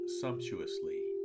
sumptuously